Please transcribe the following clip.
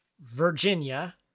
Virginia